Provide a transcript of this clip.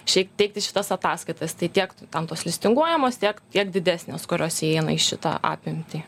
šiaip teikti šitas ataskaitas tai tiek tų ten tos listinguojamos tiek tiek didesnės kurios įeina į šitą apimtį